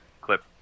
clip